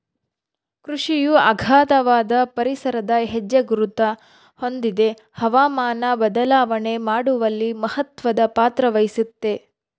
ಕೃಷಿಯು ಅಗಾಧವಾದ ಪರಿಸರದ ಹೆಜ್ಜೆಗುರುತ ಹೊಂದಿದೆ ಹವಾಮಾನ ಬದಲಾವಣೆ ಮಾಡುವಲ್ಲಿ ಮಹತ್ವದ ಪಾತ್ರವಹಿಸೆತೆ